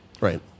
right